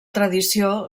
tradició